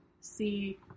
see